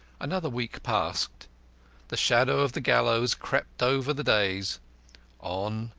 another week passed the shadow of the gallows crept over the days on,